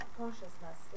consciousness